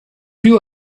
più